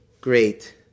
great